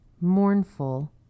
mournful